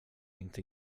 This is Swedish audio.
inte